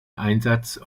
einsatz